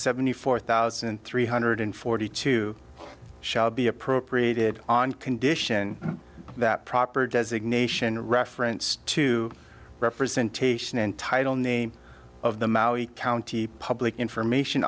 seventy four thousand three hundred forty two shall be appropriated on condition that proper designation a reference to representation in title name of the maui county public information